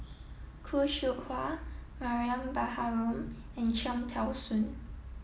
Khoo Seow Hwa Mariam Baharom and Cham Tao Soon